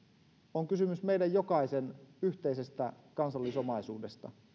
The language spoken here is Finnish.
on kysymys meidän jokaisen yhteisestä kansallisomaisuudesta